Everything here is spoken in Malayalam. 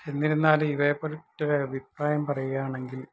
എന്നിരുന്നാലും ഇവയെക്കുറിച്ച് ഒരു അഭിപ്രായം പറയുകയാണെങ്കില്